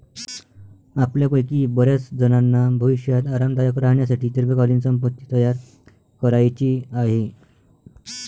आपल्यापैकी बर्याचजणांना भविष्यात आरामदायक राहण्यासाठी दीर्घकालीन संपत्ती तयार करायची आहे